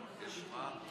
יש מה?